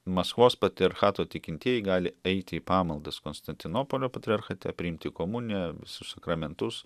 maskvos patriarchato tikintieji gali eiti į pamaldas konstantinopolio patriarchate priimti komuniją visus sakramentus